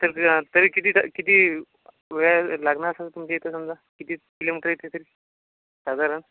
तरी किती त किती वेळ लागणार सर तुमच्या इथं समजा किती किलोमीटर इथनं तरी साधारण